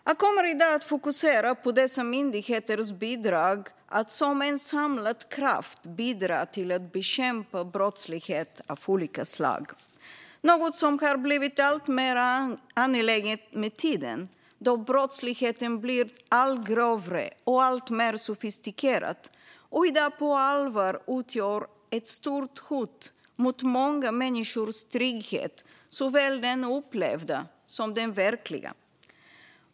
Jag kommer i dag att fokusera på att dessa myndigheters samlade kraft bidrar till att bekämpa brottslighet av olika slag. Detta är något som blivit alltmer angeläget med tiden, då brottsligheten blivit allt grövre och alltmer sofistikerad och i dag på allvar utgör ett stort hot mot många människors trygghet, såväl den upplevda som den verkliga.